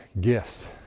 gifts